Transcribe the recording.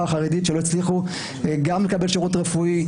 החרדית שלא הצליחו לקבל שירות רפואי,